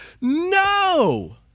No